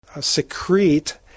secrete